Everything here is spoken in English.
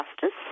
justice